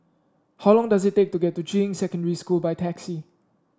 how long does it take to get to Juying Secondary School by taxi